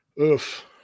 oof